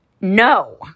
No